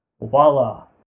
voila